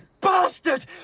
bastard